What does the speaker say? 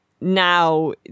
now